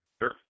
Sure